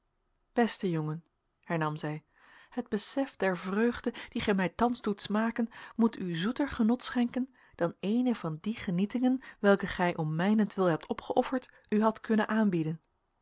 beste jongen hernam zij het besef der vreugde die gij mij thans doet smaken moet u zoeter genot schenken dan eene van die genietingen welke gij om mijnentwille hebt opgeofferd u had kannen aanbieden